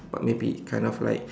but maybe kind of like